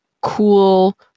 cool